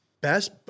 Best